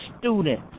student